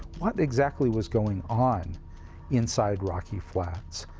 what exactly was going on inside rocky flats.